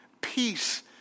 Peace